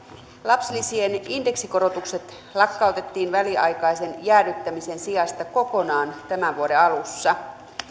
lapsilisien indeksikorotukset lakkautettiin väliaikaisen jäädyttämisen sijasta kokonaan tämän vuoden alussa